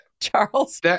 Charles